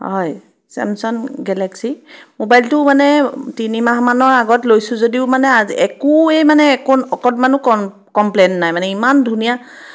হয় Samsung Galaxy মোবাইলটো মানে তিনিমাহ মানৰ আগত লৈছোঁ যদিও মানে আজি একোৱে মানে অকণ অকণমানো কমপ্লেইন নাই মানে ইমান ধুনীয়া